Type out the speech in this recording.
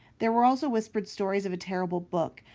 there were also whispered stories of a terrible book,